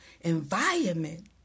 environment